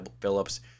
Phillips